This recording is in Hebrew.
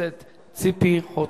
הכנסת ציפי חוטובלי.